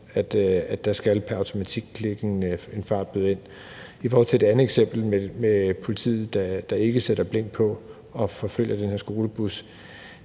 at der pr. automatik skal klikke en fartbøde ind. I forhold til det andet eksempel med politiet, der ikke sætter blink på og forfølger den her skolebus,